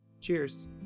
Cheers